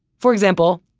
for example,